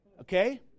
Okay